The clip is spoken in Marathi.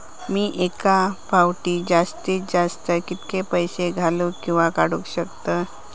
मी एका फाउटी जास्तीत जास्त कितके पैसे घालूक किवा काडूक शकतय?